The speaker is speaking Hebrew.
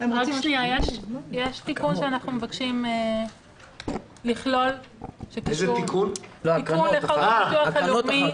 יש תיקון שאנחנו מבקשים לכלול בתיקון לחוק הביטוח הלאומי.